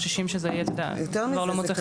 יותר מזה,